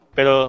Pero